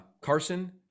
Carson